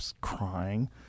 crying